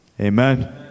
amen